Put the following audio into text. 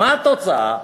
מה התוצאה?